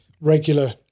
regular